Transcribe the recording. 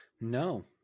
No